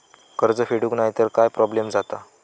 कर्ज फेडूक नाय तर काय प्रोब्लेम जाता?